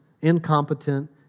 incompetent